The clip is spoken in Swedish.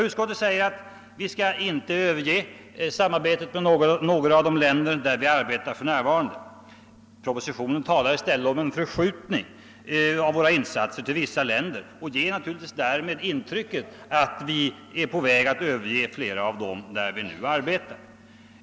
Utskottet framhåller att vi inte skall överge samarbetet med några av de länder med vilka sådant pågår för närvarande. I propositionen talas det i stället om en förskjutning av våra insatser till vissa länder, och därmed ges naturligtvis intrycket, att vi är på väg att överge flera av de länder där vi nu arbetar.